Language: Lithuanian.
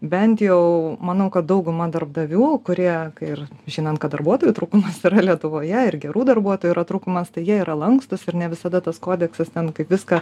bent jau manau kad dauguma darbdavių kurie ir žinant kad darbuotojų trūkumas yra lietuvoje ir gerų darbuotojų yra trūkumas tai jie yra lankstūs ir ne visada tas kodeksas ten kaip viską